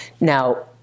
now